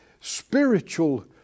spiritual